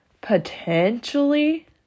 Potentially